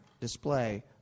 display